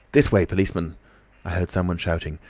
this way, policeman heard someone shouting.